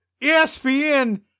ESPN